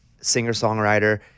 singer-songwriter